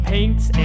Paints